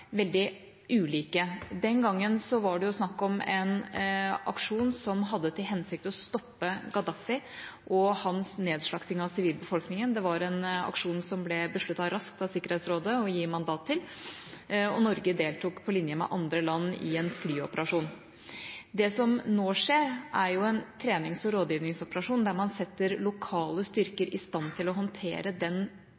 veldig ulike. Den gangen var det snakk om en aksjon som hadde til hensikt å stoppe Gaddafi og hans nedslakting av sivilbefolkningen, det var en aksjon som ble besluttet raskt av Sikkerhetsrådet å gi mandat til, og Norge deltok på linje med andre land i en flyoperasjon. Det som nå skjer, er en trenings- og rådgivningsoperasjon der man setter lokale